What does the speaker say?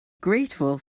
grateful